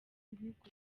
ibigo